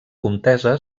comtessa